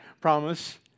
promise